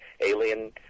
alien